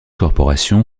corporation